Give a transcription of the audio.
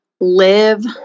live